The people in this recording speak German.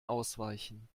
ausweichen